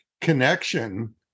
connection